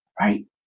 right